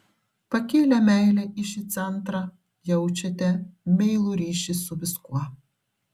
pakėlę meilę į šį centrą jaučiate meilų ryšį su viskuo